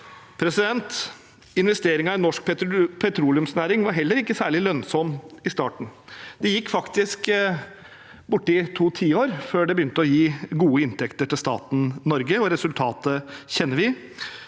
Investeringen i norsk petroleumsnæring var heller ikke særlig lønnsom i starten. Det gikk faktisk borti to tiår før det begynte å gi gode inntekter til staten Norge. Resultatet kjenner vi: